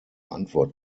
antwort